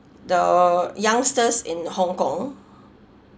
the youngsters in hong kong